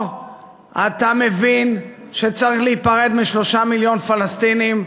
או אתה מבין שצריך להיפרד מ-3 מיליון פלסטינים,